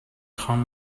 خوام